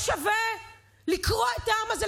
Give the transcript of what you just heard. שווה לקרוע את העם הזה?